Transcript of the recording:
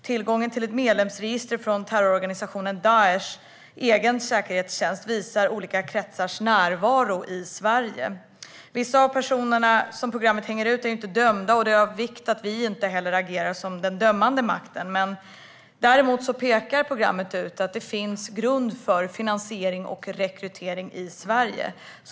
Tillgången till ett medlemsregister från terrororganisationen Daishs egen säkerhetstjänst visar olika kretsars närvaro i Sverige. Vissa av personerna som programmet hänger ut är inte dömda, och det är av vikt att vi inte heller agerar som den dömande makten. Däremot pekar programmet på att det finns grund för finansiering och rekrytering i Sverige.